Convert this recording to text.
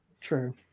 True